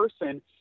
person